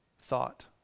thought